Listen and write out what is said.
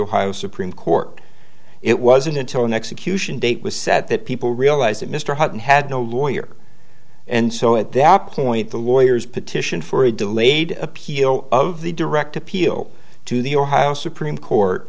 ohio supreme court it wasn't until an execution date was set that people realized that mr hutton had no lawyer and so at that point the lawyers petition for a delayed appeal of the direct appeal to the ohio supreme court